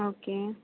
okay